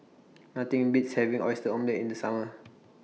Nothing Beats having Oyster Omelette in The Summer